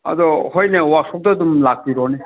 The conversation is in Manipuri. ꯑꯗꯣ ꯍꯣꯏꯅ ꯋꯥꯛꯁꯣꯞꯇ ꯑꯗꯨꯝ ꯂꯥꯛꯄꯤꯔꯣꯅꯦ